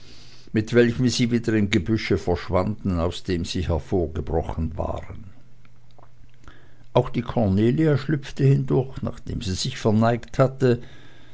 mit welchem sie wieder im gebüsche verschwanden aus dem sie hervorgebrochen waren auch die cornelia schlüpfte hindurch nachdem sie sich verneigt hatte